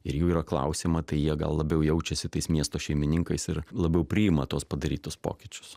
ir jų yra klausiama tai jie gal labiau jaučiasi tais miesto šeimininkais ir labiau priima tuos padarytus pokyčius